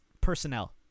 personnel